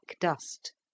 dust